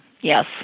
yes